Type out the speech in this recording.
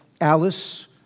Alice